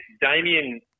Damien